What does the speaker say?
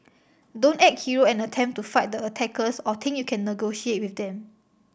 don't act hero and attempt to fight the attackers or think you can negotiate with them